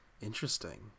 Interesting